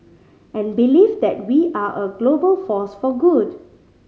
and believe that we are a global force for good